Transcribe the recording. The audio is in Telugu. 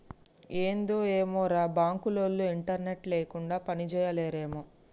ఏందో ఏమోరా, బాంకులోల్లు ఇంటర్నెట్ లేకుండ పనిజేయలేరేమో